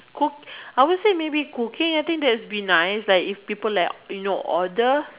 cook I will say maybe cooking I think that's been nice like if people like you know order